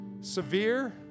severe